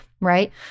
Right